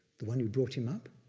the one who brought him up,